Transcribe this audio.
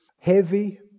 heavy